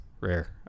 rare